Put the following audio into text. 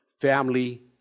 family